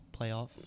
playoff